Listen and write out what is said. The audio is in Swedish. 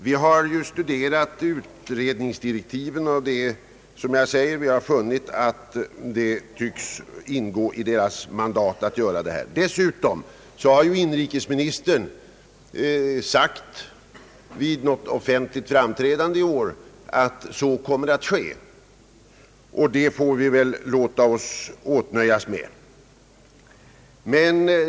Vi har studerat utredningsdirektiven och som sagt funnit att det tycks ingå i utredningens mandat att utreda också denna fråga. Dessutom har inrikesministern vid ett offentligt framträdande i år sagt att så kommer att ske, och det får vi väl låta oss åtnöjas med.